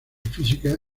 física